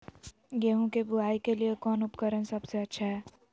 गेहूं के बुआई के लिए कौन उपकरण सबसे अच्छा है?